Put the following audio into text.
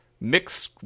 mix